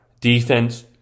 Defense